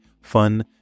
fun